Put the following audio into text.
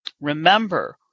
remember